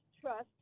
trust